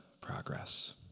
progress